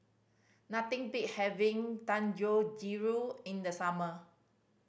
nothing beat having Dangojiru in the summer